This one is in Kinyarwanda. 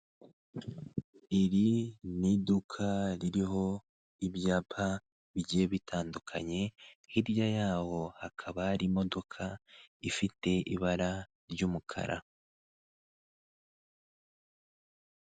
Iri ni iduka ririho ibyapa bigiye bitandukanye, hirya yaho hakaba hari imodoka ifite ibara ry'umukara.